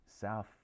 south